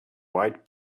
white